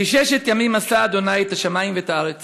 כי ששת ימים עשה ה' את השמים ואת הארץ